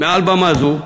מעל במה זו: